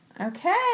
Okay